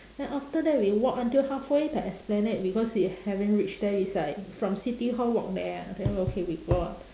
then after that we walk until halfway the esplanade because we haven't reach there is like from city-hall walk there ah then okay we go